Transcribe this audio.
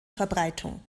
verbreitung